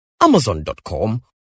amazon.com